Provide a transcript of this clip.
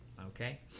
okay